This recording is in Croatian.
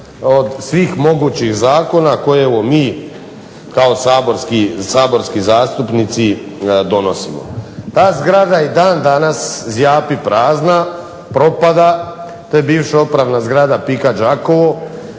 od svih mogućih zakona koje evo mi kao saborski zastupnici donosimo. Ta zgrada i dan danas zjapi prazna, propada. To je bivša upravna zgrada PIK-a Đakovo,